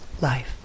life